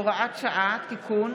(הוראת שעה) (תיקון),